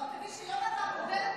לא, תדעי שיונתן הוא דלת פתוחה.